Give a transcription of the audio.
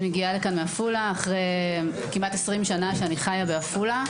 אני מגיעה לכאן מעפולה אחרי כמעט 20 שנה שאני חיה בעפולה.